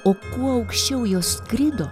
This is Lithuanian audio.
o kuo aukščiau jos skrido